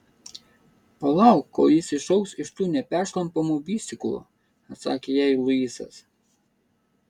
palauk kol jis išaugs iš tų neperšlampamų vystyklų atsakė jai luisas